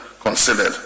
considered